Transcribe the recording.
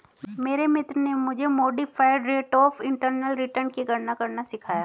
मेरे मित्र ने मुझे modified rate of internal return की गणना करना सिखाया